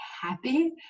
happy